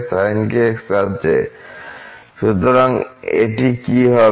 সুতরাং এটি কি হবে